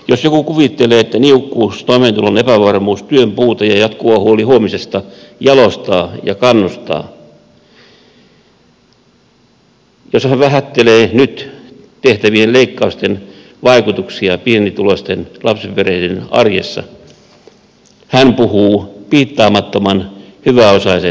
jos joku kuvittelee että niukkuus toimeentulon epävarmuus työn puute ja jatkuva huoli huomisesta jalostavat ja kannustavat jos hän vähättelee nyt tehtävien leikkausten vaikutuksia pienituloisten lapsiperheiden arjessa hän puhuu piittaamattoman hyväosaisen äänellä